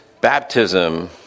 baptism